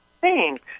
Thanks